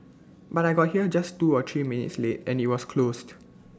but I got here just two or three minutes late and IT was closed